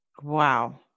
wow